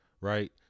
right